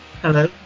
Hello